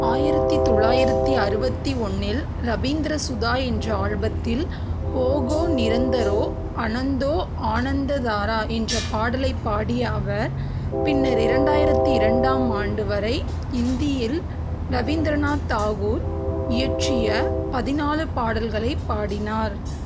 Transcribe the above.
ஆயிரத்தி தொள்ளாயிரத்தி அறுபத்தி ஒன்றில் ரவீந்திர சுதா என்ற ஆல்பத்தில் போஹோ நிரந்தரோ அனந்தோ ஆனந்ததாரா என்ற பாடலைப் பாடிய அவர் பின்னர் இரண்டாயிரத்தி இரண்டாம் ஆண்டு வரை இந்தியில் ரவீந்திரநாத் தாகூர் இயற்றிய பதினாலு பாடல்களைப் பாடினார்